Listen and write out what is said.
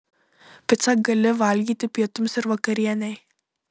picą gali valgyti pietums ir vakarienei